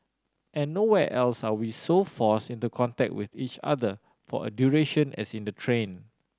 and nowhere else are we so forced into contact with each other for a duration as in the train